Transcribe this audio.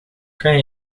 kan